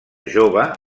jove